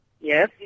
Yes